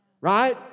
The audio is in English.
Right